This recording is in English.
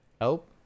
help